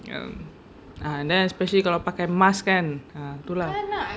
ya ah then especially kalau pakai mask kan ah tu lah